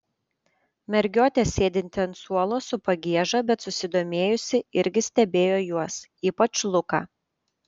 mergiotė sėdinti ant suolo su pagieža bet susidomėjusi irgi stebėjo juos ypač luką